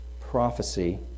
prophecy